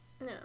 No